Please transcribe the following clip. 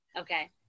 Okay